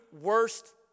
worst